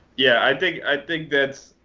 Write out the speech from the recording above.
yeah, i think i think that's